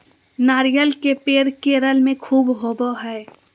नारियल के पेड़ केरल में ख़ूब होवो हय